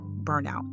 burnout